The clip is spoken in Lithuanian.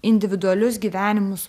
individualius gyvenimus